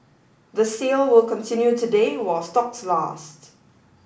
the sale will continue today while stocks last